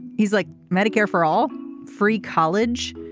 he's like medicare for all free college.